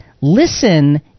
listen